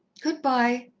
good-bye,